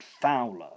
Fowler